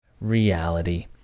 reality